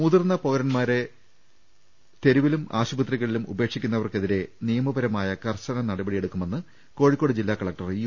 മുതിർന്ന പൌരൻമാരെ തെരുവിലും ആശുപത്രികളിലും ഉപേക്ഷിക്കുന്നവർക്കെതിരെ നിയമപരമായ കർശന നടപടിയെടുക്കുമെന്ന് കോഴിക്കോട് ജില്ലാ കലക്ടർ യു